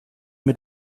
mit